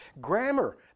grammar